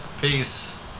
Peace